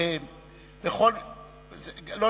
לא,